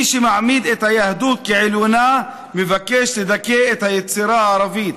מי שמעמיד את היהדות כעליונה מבקש לדכא את היצירה הערבית.